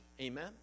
Amen